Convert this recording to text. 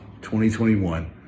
2021